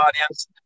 audience